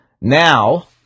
Now